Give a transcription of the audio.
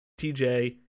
TJ